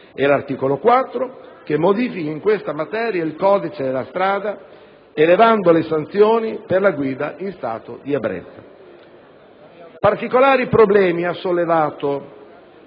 e l'articolo 4, che modifica in questa materia il codice della strada elevando le sanzioni per la guida in stato di ebbrezza. Particolari problemi, onorevoli